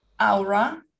aura